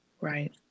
Right